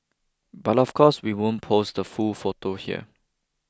but of course we won't post the full photo here